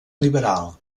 liberal